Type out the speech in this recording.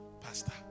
Pastor